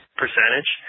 percentage